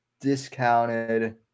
discounted